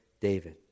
David